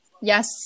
Yes